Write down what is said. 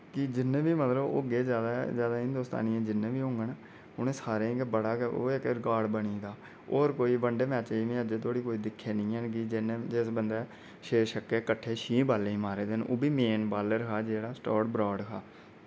की जिन्ने बी मतलब होगे ज्यादै ज्यादा हिन्दोस्तानियें जिन्ने बी होंगन उ'नें सारें गै बड़ा गै ओह् इक रिकार्ड बनी दा और कोई वन डे मैचें च मैं अजै धोड़ी कोई दिक्खेआ नि है कि जिनै जिस बंदै छे छक्के किट्ठे छें बालें च मारे दे न ओह् बी में बालर हा जेह्ड़ा ब्राट हा